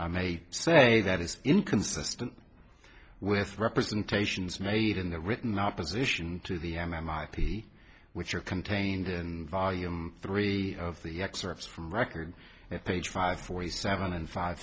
ip may say that is inconsistent with representations made in the written opposition to the m m ip which are contained and volume three of the excerpts from record at page five forty seven and five